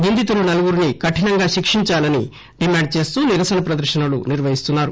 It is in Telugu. నిందితులు నలుగురిని కఠినంగా శిక్షించాలని డిమాండ్ చేస్తూ నిరసన ప్రదర్శనలు నిర్వహిస్తున్నారు